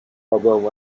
although